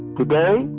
today,